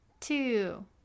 two